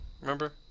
Remember